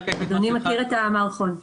אדוני מכיר את המערכון.